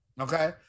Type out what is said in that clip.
okay